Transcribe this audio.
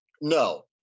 No